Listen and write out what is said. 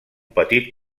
petit